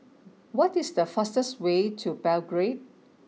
what is the fastest way to Belgrade